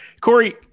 Corey